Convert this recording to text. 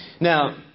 Now